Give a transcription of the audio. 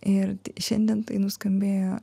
ir šiandien tai nuskambėjo